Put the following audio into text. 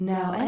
Now